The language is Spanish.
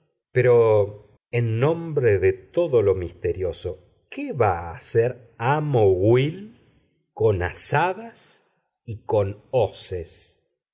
pero en nombre de todo lo misterioso qué va a hacer amo will con azadas y con hoces